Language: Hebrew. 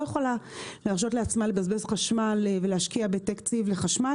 יכולה להרשות לעצמה לבזבז חשמל ולהשקיע בתקציב לחשמל.